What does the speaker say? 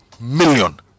million